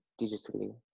digitally